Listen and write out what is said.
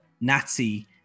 Nazi